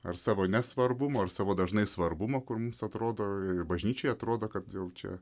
ar savo nesvarbumo ar savo dažnai svarbumo kur mums atrodo ir bažnyčiai atrodo kad čia